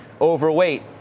Overweight